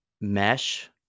mesh